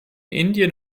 indien